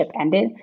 ended